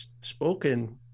spoken